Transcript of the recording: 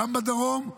גם בדרום,